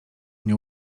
mnie